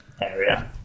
area